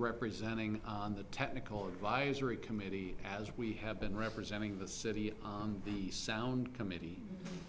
representing on the technical advisory committee as we have been representing the city on the sound committee